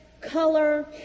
color